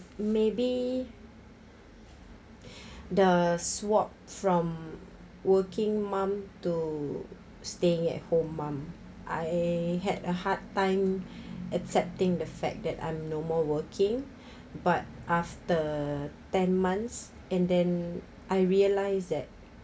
maybe the swap from working mum to stay at home mum I had a hard time accepting the fact that I'm no more working but after ten months and then I realised that